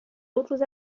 outros